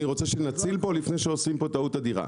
אני רוצה שנציל פה לפני שעושים טעות אדירה,